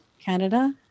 Canada